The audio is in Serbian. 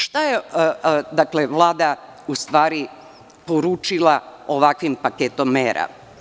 Šta je Vlada, u stvari, poručila ovakvim paketom mera?